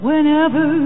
Whenever